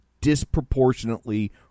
disproportionately